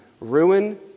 Ruin